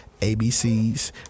ABCs